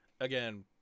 Again